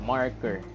Marker